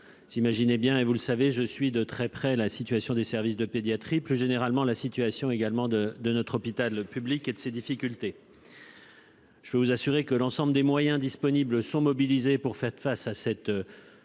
vous imaginez bien, et vous le savez, je suis de très près la situation des services de pédiatrie, plus généralement, la situation également de de notre hôpital public et de ses difficultés. Je peux vous assurer que l'ensemble des moyens disponibles sont mobilisés pour faire face à cette nouvelle